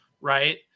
right